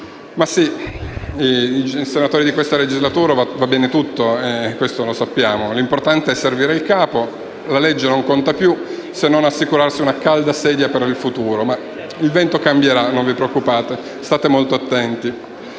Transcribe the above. sa, per i senatori di questa legislatura va bene tutto: l'importante è servire il capo, la legge non conta più, conta solo assicurarsi una calda sedia per il futuro. Ma il vento cambierà, non vi preoccupate. State molto attenti.